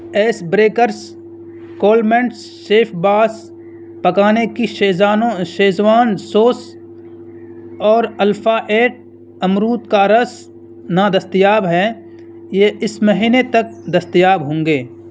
ice breakers cool mints chef boss پکانے کی Schezwan sauce اور الفا ایٹ امرود کا رس نا دستیاب ہیں یہ اس مہینے تک دستیاب ہوں گے